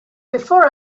before